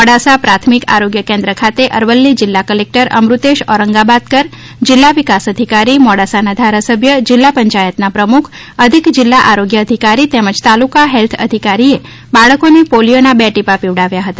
મોડાસા પ્રાથમિક આરોગ્ય કેન્દ્ર ખાતે અરવલ્લી જિલ્લા કલેક્ટર અમૃતેશ ઔરંગાબાદકર જિલ્લા વિકાસ અધિકારી મોડાસાના ધારાસભ્ય જિલ્લા પંચાયતના પ્રમુખ અધિક જિલ્લા આરોગ્ય અધિકારી તેમજ તાલુકા હેલ્થ અધિકારીએ બાળકોને પોલિયોના બે ટીપા પીવડાવ્યા હતા